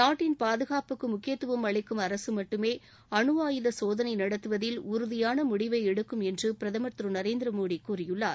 நாட்டின் பாதகாப்புக்கு முக்கியத்துவம் அளிக்கும் அரசு மட்டுமே அணு ஆயுத சோதளை நடத்துவதில் உறுதியான முடிவை எடுக்கும் என்று பிரதமர் திரு நரேந்திரமோடி கூறியுள்ளார்